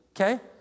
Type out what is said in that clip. okay